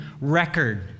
record